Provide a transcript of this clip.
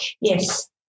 Yes